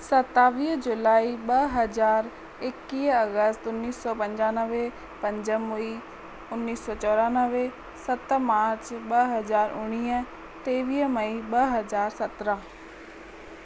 सतावीह जुलाई ॿ हज़ार एकवीह अगस्त उणिवीह सौ पंजानवे पंज मुई उणिवीह सौ चोराणवे सत मार्च ॿ हज़ार उणिवीह टेवीह मई ॿ हज़ार सत्रहं